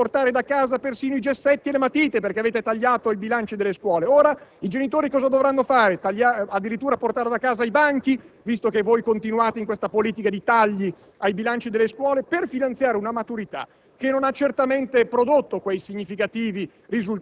dalla senatrice Acciarini che i genitori erano costretti a portare da casa persino i gessetti e le matite, perché erano stati tagliati i bilanci delle scuole? Ora, i genitori cosa dovranno fare, addirittura portare da casa i banchi, visto che continuate con questa politica di tagli ai bilanci delle scuole per finanziare una maturità